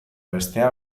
bestea